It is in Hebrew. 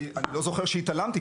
אני לא זוכר שהתעלמתי,